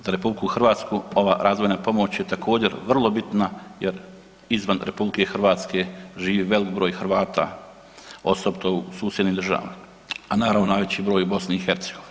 Za RH ova razvojna pomoć je također vrlo bitna jer izvan RH živi velik broj Hrvata osobito u susjednim državama, a naravno najveći broj u BiH.